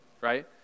right